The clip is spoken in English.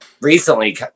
recently